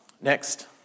Next